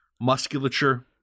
musculature